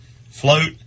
float